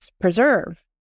preserve